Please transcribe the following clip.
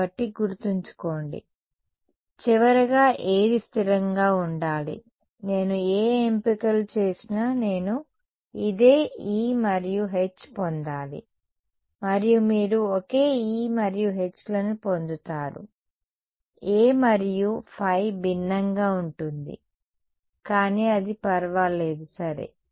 కాబట్టి గుర్తుంచుకోండి చివరగా ఏది స్థిరంగా ఉండాలి నేను ఏ ఎంపికలు చేసినా నేను ఇదే E మరియు H పొందాలి మరియు మీరు ఒకే E మరియు Hలను పొందుతారు A మరియు ϕ భిన్నంగా ఉంటుంది కానీ అది పర్వాలేదు సరే